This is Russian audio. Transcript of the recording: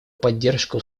поддержку